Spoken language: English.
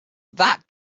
that